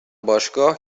باشگاه